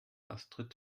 astrid